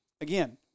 again